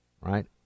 Right